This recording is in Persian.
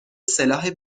سلاح